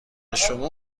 شما